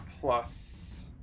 plus